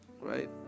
right